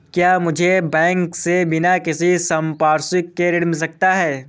क्या मुझे बैंक से बिना किसी संपार्श्विक के ऋण मिल सकता है?